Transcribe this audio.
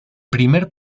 primer